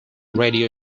radio